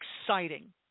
exciting